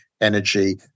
energy